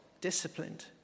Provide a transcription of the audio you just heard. disciplined